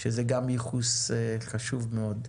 שזה גם ייחוס חשוב מאוד.